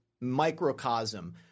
microcosm